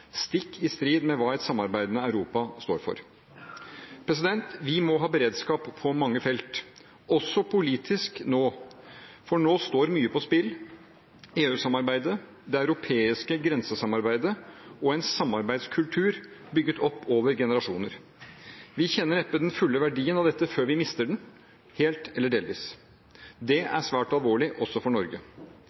stikk i strid med hva et samarbeidende Europa står for. Vi må ha beredskap på mange felt, også politisk, for nå står mye på spill: EU-samarbeidet, det europeiske grensesamarbeidet og en samarbeidskultur bygd opp over generasjoner. Vi kjenner neppe den fulle verdien av dette før vi mister det – helt eller delvis. Det er svært alvorlig også for Norge.